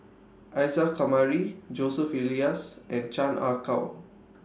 Isa Kamari Joseph Elias and Chan Ah Kow